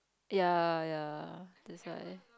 ya ya that's why